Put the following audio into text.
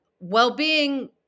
well-being